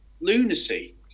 lunacy